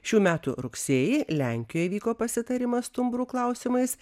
šių metų rugsėjį lenkijoj vyko pasitarimas stumbrų klausimais